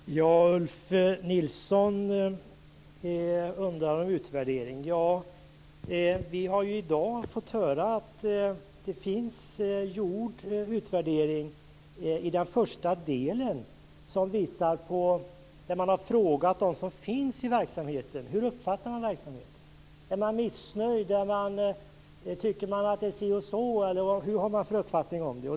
Herr talman! Ulf Nilsson frågar efter en utvärdering. Vi har i dag fått höra att det har gjorts en sådan. I den första delen har man frågat dem som finns i verksamheten hur de uppfattar den. Är man missnöjd? Tycker man att det är si eller så, eller vilken uppfattning har man?